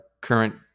current